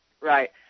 Right